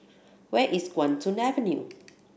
where is Guan Soon Avenue